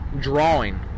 drawing